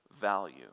value